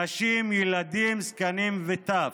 נשים, ילדים, זקנים וטף.